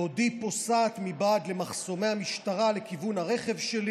בעודי פוסעת מבעד למחסומי המשטרה לכיוון הרכב שלי